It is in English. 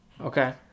Okay